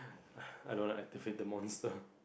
I don't wanna activate the monster